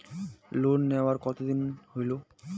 Loan নেওয়ার কতদিন হইল?